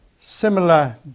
similar